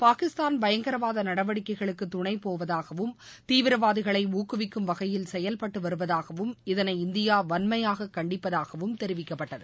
பாகிஸ்தான் பயங்கரவாத நடவடிக்கைகளுக்கு துணைப்போவதாகவும் தீவிரவாதிகளை ஊக்குவிக்கும் வகையில் செயல்பட்டு வருவதாகவும் இதனை இந்தியா வள்மையாக கண்டிப்பதாகவும் தெரிவிக்கப்பட்டது